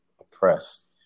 oppressed